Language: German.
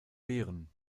wehren